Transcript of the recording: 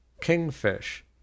kingfish